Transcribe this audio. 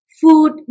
food